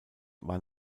war